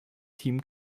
team